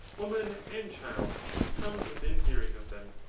woman, and child who comes within hearing of them.